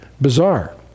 Bizarre